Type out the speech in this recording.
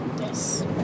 Yes